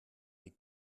die